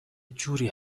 جوری